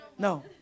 No